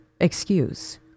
excuse